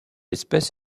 espèce